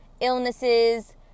illnesses